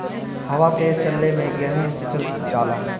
हवा तेज चलले मै गेहू सिचल जाला?